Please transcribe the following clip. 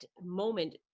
moment